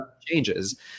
changes